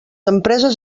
empreses